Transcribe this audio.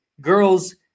girls